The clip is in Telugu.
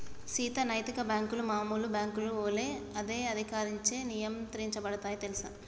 సీత నైతిక బాంకులు మామూలు బాంకుల ఒలే అదే అధికారంచే నియంత్రించబడుతాయి తెల్సా